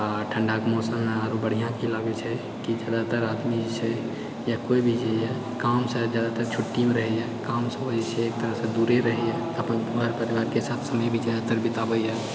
आ ठण्डा कऽ मौसममे बढ़िआँ की लागैत छै कि जादातर आदमी जे छै या केओ भी जे यऽ कामसँ जादातर छुट्टीमे रहैए कामसँ एक तरहसँ दूरे रहैए यऽ अपन घर परिवारके साथ समय जादातर बिताबैए